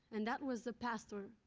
and that was the pastor,